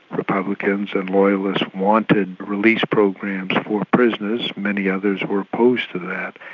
republicans and loyalists wanted release programs for prisoners many others were opposed to that.